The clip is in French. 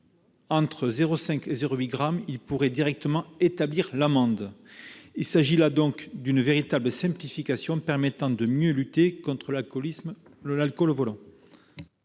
Entre 0,5 gramme et 0,8 gramme, les APJA pourraient directement établir l'amende. Il s'agit là d'une véritable simplification permettant de mieux lutter contre l'alcool au volant.